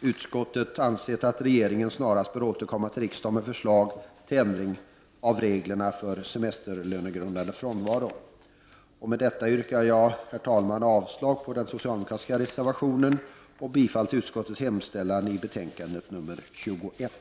utskottet ansett att regeringen snarast bör återkomma till riksdagen med förslag till ändring av reglerna för semesterlönegrundande frånvaro. Herr talman! Med detta yrkar jag avslag på den socialdemokratiska reservationen och bifall till utskottets hemställan i betänkande nr 21.